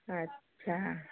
अच्छा